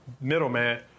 middleman